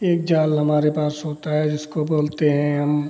एक जाल हमारे पास होता है जिसको बोलते हैं हम